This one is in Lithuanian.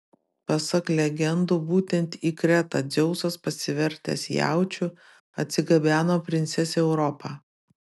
pasak legendų būtent į kretą dzeusas pasivertęs jaučiu atsigabeno princesę europą